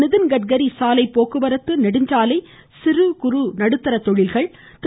நிதின் கட்கரி சாலை போக்குவரத்து நெடுஞ்சாலை சிறு குறு நடுத்தர தொழில்கள் துறை திரு